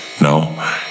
no